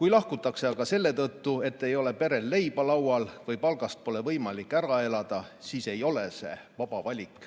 Kui lahkutakse aga selle tõttu, et ei ole perel leiba laual või palgast pole võimalik ära elada, siis ei ole see vaba valik.